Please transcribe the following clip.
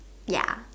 ya